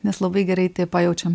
nes labai gerai tai pajaučiam